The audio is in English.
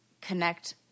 connect